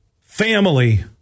family